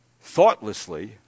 thoughtlessly